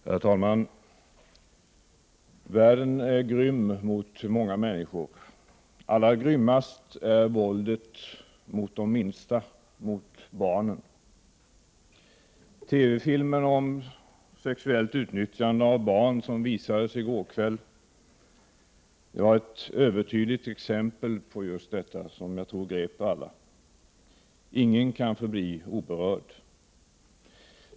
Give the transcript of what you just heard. Herr talman! Världen är grym mot många människor, allra grymmast är våldet mot de minsta, mot barnen. TV-filmen om sexuellt utnyttjande av barn som visades i går kväll gav ett övertydligt exempel på just detta, vilket jag tror grep alla. Ingen kan förbli oberörd.